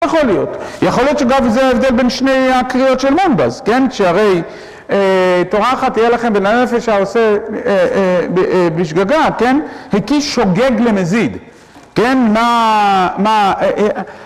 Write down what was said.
יכול להיות, יכול להיות שגם זה ההבדל בין שני הקריאות של מונבז, כן? שהרי תורה אחת תהיה לכם בין הנפש שעושה בשגגה, כן? הקיש שוגג למזיד, כן? מה...